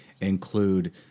include